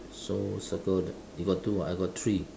so circle the you got two ah I got three